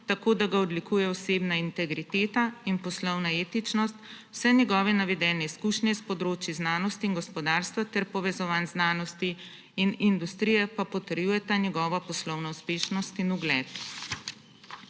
tako da ga odlikujejo osebna integriteta in poslovna etičnost. Vse njegove navedene izkušnje s področij znanosti in gospodarstva ter povezovanj znanosti in industrije pa potrjujeta njegova poslovna uspešnost in ugled.